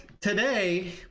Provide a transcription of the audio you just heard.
today